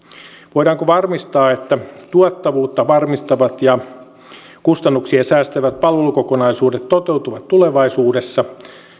voidaanko varmistaa että tuottavuutta varmistavat ja kustannuksia säästävät palvelukokonaisuudet toteutuvat tulevaisuudessa